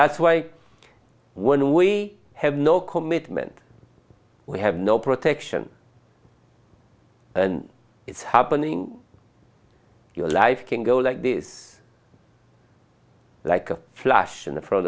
that's why when we have no commitment we have no protection and it's happening your life can go like this like a flash and in front